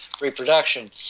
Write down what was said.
reproduction